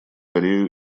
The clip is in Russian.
корею